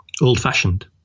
old-fashioned